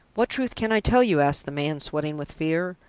what truth can i tell you? asked the man, sweating with fear.